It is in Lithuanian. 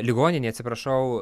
ligoninėj atsiprašau